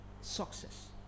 success